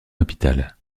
hôpital